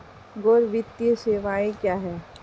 गैर वित्तीय सेवाएं क्या हैं?